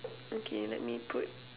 okay let me put